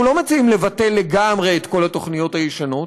אנחנו לא מציעים לבטל לגמרי את כל התוכניות הישנות,